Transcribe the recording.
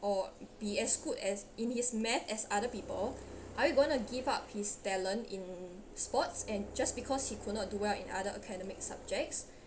or be as good as in his maths as other people are you going to give up his talent in sports and just because he could not do well in other academic subjects